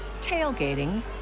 tailgating